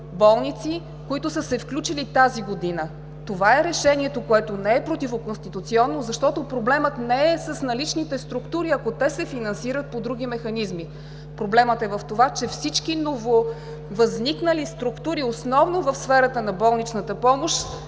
болници, които са се включили тази година. Това е решението, което не е противоконституционно, защото проблемът не е с наличните структури, ако те се финансират по други механизми. Проблемът е в това, че всички нововъзникнали структури, основно в сферата на болничната помощ,